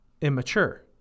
immature